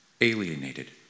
alienated